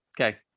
Okay